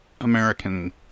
American